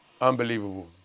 Unbelievable